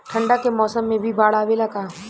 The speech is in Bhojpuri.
ठंडा के मौसम में भी बाढ़ आवेला का?